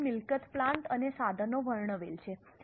તેથી મિલકત પ્લાન્ટ અને સાધનો વર્ણવેલ છે